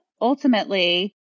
ultimately